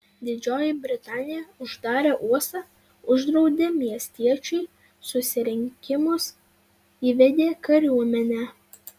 didžioji britanija uždarė uostą uždraudė miestiečių susirinkimus įvedė kariuomenę